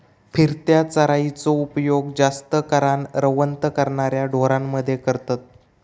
फिरत्या चराइचो उपयोग जास्त करान रवंथ करणाऱ्या ढोरांमध्ये करतत